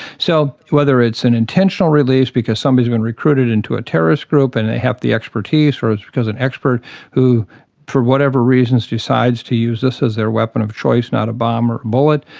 so whether it's an intentional release because somebody has been recruited into a terrorist group and they have the expertise or it's because an expert who for whatever reasons decides to use this as their weapon of choice, not a bomb or a bullet,